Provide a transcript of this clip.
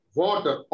water